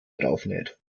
draufnäht